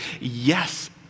yes